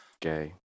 Gay